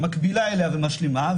מקבילה אליה ומשלימה,